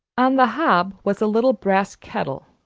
on the hob was a little brass kettle,